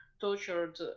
tortured